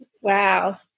Wow